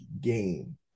game